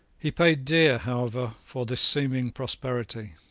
he paid dear, however, for this seeming prosperity.